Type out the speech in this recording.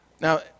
Now